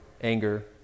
anger